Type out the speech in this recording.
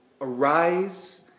arise